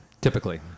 Typically